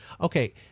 Okay